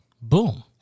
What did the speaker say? Boom